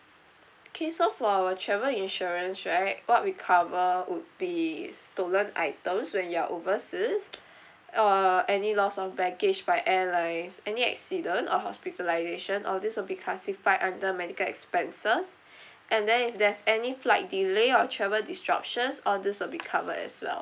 okay so for our travel insurance right what we cover would be stolen items when you're overseas uh any loss of baggage by airlines any accident or hospitalisation all these will be classified under medical expenses and then if there's any flight delay or travel disruptions all these will be covered as well